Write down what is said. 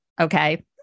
Okay